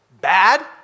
bad